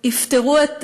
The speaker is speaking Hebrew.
אתה מוזמן לעשות את זה.